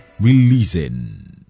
releasing